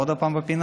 עוד הפעם בפינה?